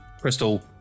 crystal